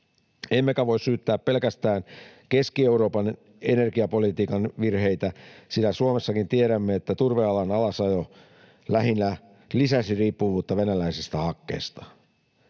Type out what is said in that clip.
Emmekä voi syyttää pelkästään Keski-Euroopan energiapolitiikan virheitä, sillä Suomessakin tiedämme, että turvealan alasajo lähinnä lisäsi riippuvuutta venäläisestä hakkeesta.